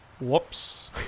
Whoops